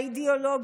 האידיאולוגית,